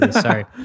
sorry